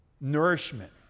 Nourishment